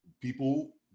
people